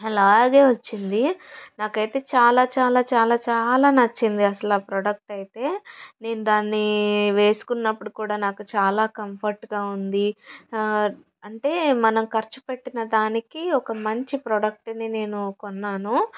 అలాగే వచ్చింది నాకు అయితే చాలా చాలా చాలా చాలా నచ్చింది అసలు ఆ ప్రోడక్ట్ అయితే నేను దాన్ని వేసుకున్నప్పుడు కూడా చాలా కంఫర్ట్గా ఉంది ఆ అంటే మనం ఖర్చుపెట్టిన దానికి ఒక మంచి ప్రోడక్ట్ని నేను కొన్నాను